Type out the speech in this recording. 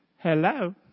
Hello